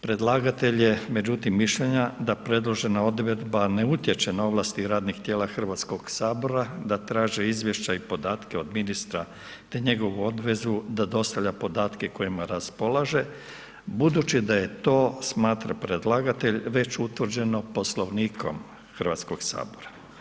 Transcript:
Predlagatelj je međutim, mišljenja, da predložena odredba, ne utječe na ovlasti radnih tijela Hrvatskog sabora, da traže izvješća i podatke od ministra i njegovu obvezu da dostavlja podatke kojima raspolaže, budući da je to smatra predlagatelj već utvrđeno Poslovnikom Hrvatskog sabora.